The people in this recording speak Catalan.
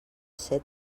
ser